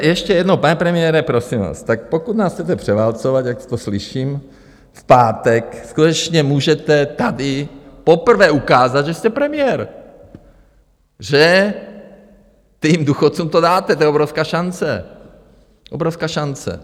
Ještě jednou, pane premiére, prosím vás, pokud nás chcete převálcovat, jak to slyším, v pátek, skutečně můžete tady poprvé ukázat, že jste premiér, že těm důchodcům to dáte, to je obrovská šance, obrovská šance.